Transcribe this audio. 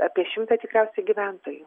apie šimtą tikriausiai gyventojų